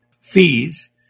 fees